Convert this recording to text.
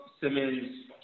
Simmons